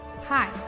Hi